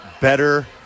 better